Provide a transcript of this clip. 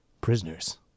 prisoners